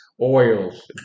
Oils